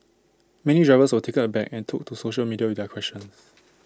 many drivers were taken aback and took to social media with their questions